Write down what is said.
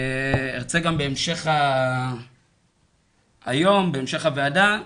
ארצה גם בהמשך היום, בהמשך הוועדה,